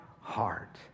heart